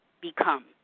become